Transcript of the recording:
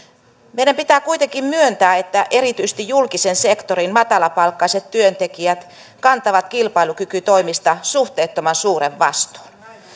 meidän pitää kuitenkin myöntää että erityisesti julkisen sektorin matalapalkkaiset työntekijät kantavat kilpailukykytoimista suhteettoman suuren vastuun